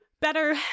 better